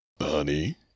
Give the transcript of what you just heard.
Honey